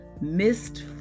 missed